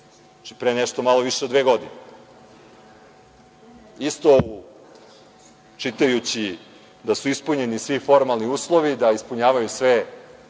pre nešto malo više od dve godine, istu ovo čitajući da su ispunjeni svi formalni uslovi, da ispunjavaju sve